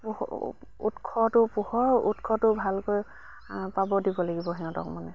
উৎসটো পোহৰ উৎসটো ভালকৈ পাব দিব লাগিব সিহঁতক মানে